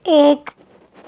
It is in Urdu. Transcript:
ایک